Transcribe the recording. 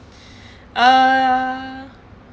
uh